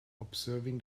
observing